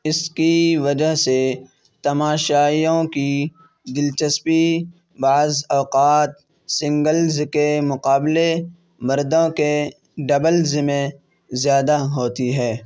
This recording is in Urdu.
اس کی وجہ سے تماشائیوں کی دلچسپی بعض اوقات سنگلز کے مقابلے مردوں کے ڈبلز میں زیادہ ہوتی ہے